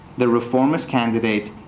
the reformist candidate,